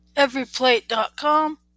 Everyplate.com